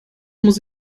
muss